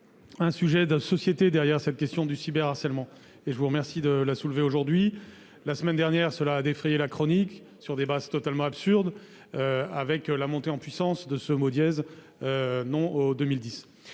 un sujet de société derrière cette question du cyberharcèlement, que je vous remercie de soulever aujourd'hui. La semaine dernière, elle a défrayé la chronique sur des bases totalement absurdes, avec la montée en puissance du hashtag #Anti2010.